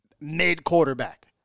mid-quarterback